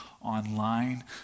online